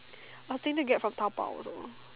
nothing to get from Taobao also